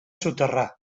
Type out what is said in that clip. soterrar